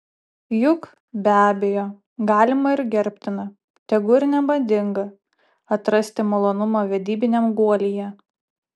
juk be abejo galima ir gerbtina tegu ir nemadinga atrasti malonumą vedybiniam guolyje